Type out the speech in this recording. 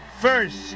first